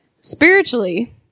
Spiritually